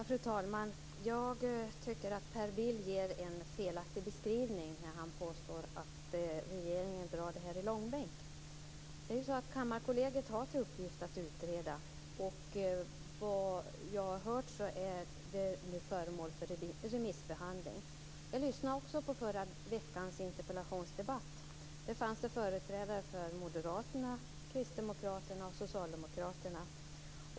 Fru talman! Jag tycker att Per Bill ger en felaktig beskrivning när han påstår att regeringen drar detta i långbänk. Kammarkollegiet har ju till uppgift att utreda, och såvitt jag har hört är det nu föremål för remissbehandling. Jag lyssnade också på förra veckans interpellationsdebatt. I den fanns det företrädare för Moderaterna, Kristdemokraterna och Socialdemokraterna.